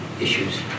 issues